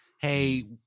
hey